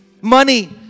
Money